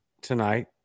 tonight